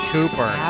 Cooper